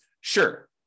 Sure